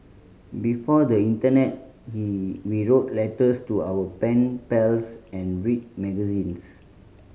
before the internet he we wrote letters to our pen pals and read magazines